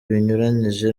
binyuranyije